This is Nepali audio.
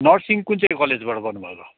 नर्सिङ कुन चाहिँ कलेजबाट गर्नुभएको